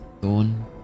Thorn